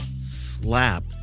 slap